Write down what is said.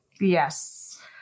Yes